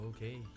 Okay